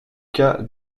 cas